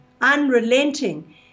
unrelenting